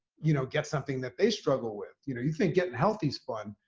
you know, get something that they struggle with. you know you think getting healthy is fun,